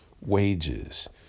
wages